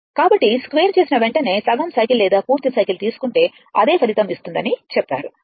కాబట్టి స్క్వేర్ చేసిన వెంటనే సగం సైకిల్ లేదా పూర్తి సైకిల్ తీసుకుంటే అదే ఫలితం ఇస్తుందని చెప్పారు